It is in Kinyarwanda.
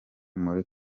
muri